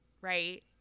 Right